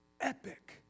epic